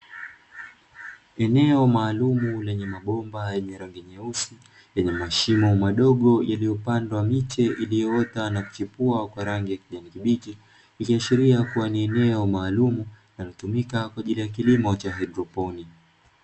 Eneo maalumu lenye mabomba yenye rangi nyeusi yenye mashimo madogo yaliyopandwa miche iliyoota na kuchipua kwa rangi ya kijani kibichi, ikiashiria kuwa ni eneo maalumu linalotumika kwa ajili ya kilimo cha haidroponi.